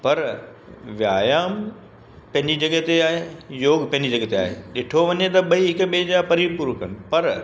पर व्यायाम पंहिंजी जॻहि ते आहे योग पंहिंजी जॻहि ते आहे ॾिठो वञे त ॿई हिक ॿिए जा परिपूर कनि पर